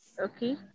okay